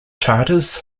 charters